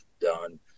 done